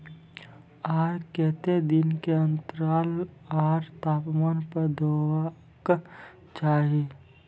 आर केते दिन के अन्तराल आर तापमान पर देबाक चाही?